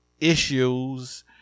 issues